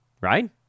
right